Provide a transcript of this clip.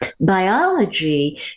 Biology